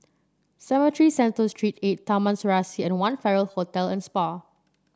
Cemetry Center Street eight Taman Serasi and One Farrer Hotel and Spa